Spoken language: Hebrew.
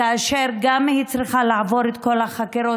כאשר היא גם צריכה לעבור את כל החקירות,